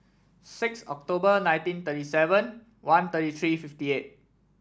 six October nineteen thirty seven one thirty three fifty eight